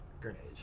grenades